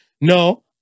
No